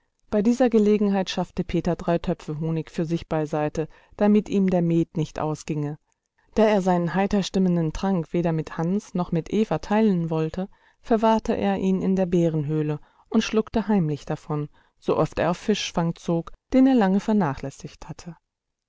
bei dieser gelegenheit schaffte peter drei töpfe honig für sich beiseite damit ihm der met nicht ausginge da er seinen heiter stimmenden trank weder mit hans noch mit eva teilen wollte verwahrte er ihn in der bärenhöhle und schluckte heimlich davon sooft er auf fischfang zog den er lange vernachlässigt hatte